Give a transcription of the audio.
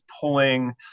pulling